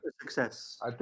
success